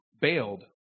bailed